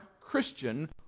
Christian